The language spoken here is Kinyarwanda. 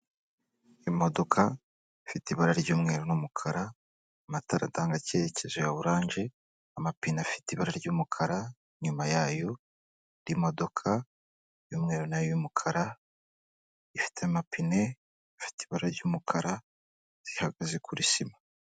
Imodoka ifite ibara ry'umweru n'umukara, amatara ndanga cyerekezo ya oranje, amapine afite ibara ry'umukara, inyuma yayo modoka indi modoka y'umweru na yo y'umukara, ifite amapine afite ibara ry'umukara, zihagaze kuri sima.